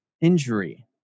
injury